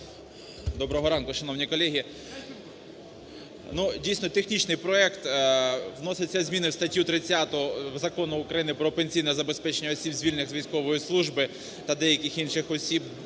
Доброго ранку, шановні колеги! Ну, дійсно, технічний проект. Вносяться зміни в статтю 30 Закону України "Про пенсійне забезпечення осіб, звільнених з військової служби, та деяких інших осіб".